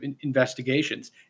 investigations